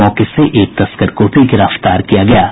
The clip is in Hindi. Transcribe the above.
मौके से एक तस्कर को भी गिरफ्तार किया गया है